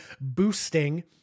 boosting